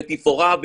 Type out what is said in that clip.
ותפאורה,